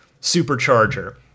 supercharger